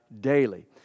daily